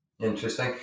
Interesting